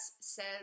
says